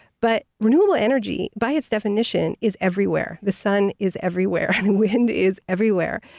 but renewable energy, by its definition, is everywhere. the sun is everywhere. the wind is everywhere.